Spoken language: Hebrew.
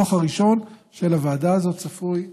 הדוח הראשון של הוועדה הזאת צפוי בקרוב.